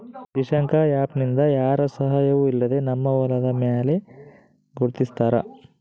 Dishank app ನಿಂದ ಯಾರ ಸಹಾಯವೂ ಇಲ್ಲದೆ ನಮ್ಮ ಹೊಲದ ಮ್ಯಾರೆ ಗುರುತಿಸ್ತಾರ